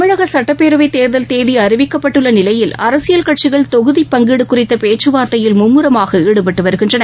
தமிழகசட்டப்பேரவைத் தேர்தல் தேதிஅறிவிக்கப்பட்டுள்ளநிலையில் அரசியல் கட்சிகள் தொகுதி பங்கீடுகுறித்தபேச்சுவார்த்தையில் மும்முரமாகாடுபட்டுவருகின்றன